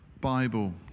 Bible